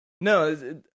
No